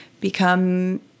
become